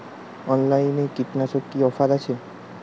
অনলাইনে কীটনাশকে কি অফার আছে?